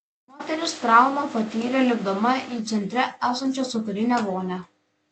moteris traumą patyrė lipdama į centre esančią sūkurinę vonią